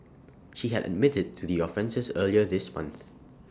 she had admitted to the offences earlier this month